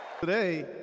Today